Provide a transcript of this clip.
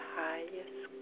highest